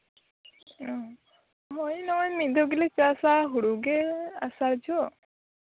ᱚᱻ ᱦᱳᱭ ᱱᱚᱜᱼᱚᱭ ᱢᱤᱫ ᱫᱷᱟᱣ ᱜᱮᱞᱮ ᱪᱟᱥᱼᱟ ᱦᱩᱲᱩ ᱜᱮ ᱟᱥᱟᱲ ᱡᱚᱠᱷᱚᱱ